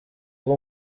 bwe